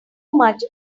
much